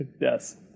Yes